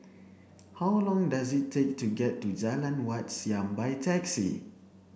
how long does it take to get to Jalan Wat Siam by taxi